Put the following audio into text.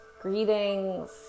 Greetings